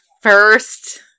first